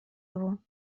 его